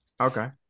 Okay